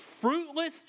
Fruitless